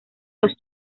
los